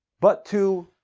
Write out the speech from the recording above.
but to.